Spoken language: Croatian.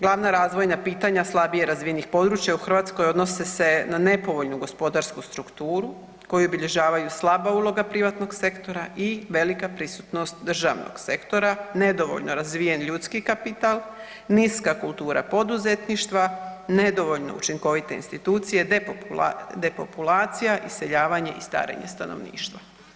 Glavna razvojna pitanja slabije razvijenih područja u Hrvatskoj odnose se na nepovoljnu gospodarsku strukturu koju obilježavaju slaba uloga privatnog sektora i velika prisutnost državnog sektora, nedovoljno razvijen ljudski kapital, niska kultura poduzetništva, nedovoljno učinkovite institucije, depopulacija, iseljavanje i starenje stanovništva.